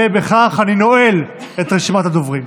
ובכך אני נועל את רשימת הדוברים.